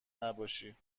نباشی